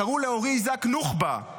קראו לאורי איזק "נוח'בה";